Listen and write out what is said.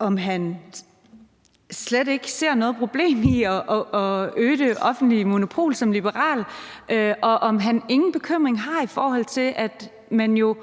liberal slet ikke ser noget problem i at øge det offentlige monopol, og om han ingen bekymring har, i forhold til at man jo